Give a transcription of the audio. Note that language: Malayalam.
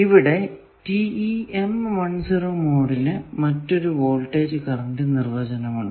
ഇവിടെ മോഡിന് മറ്റൊരു വോൾടേജ് കറന്റ് നിർവചനം ഉണ്ട്